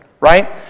right